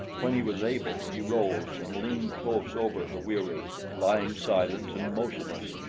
when he was able, he rose, and leaned close over the wieroo, lying silent and motionless,